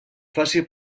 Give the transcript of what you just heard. faci